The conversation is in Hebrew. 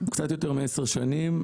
קצת יותר מעשר שנים,